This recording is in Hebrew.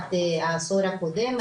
לעומת העשור הקודם.